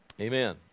Amen